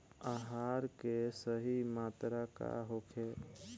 आहार के सही मात्रा का होखे?